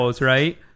right